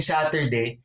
Saturday